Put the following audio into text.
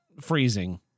freezing